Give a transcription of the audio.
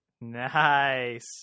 nice